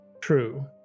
True